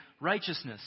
righteousness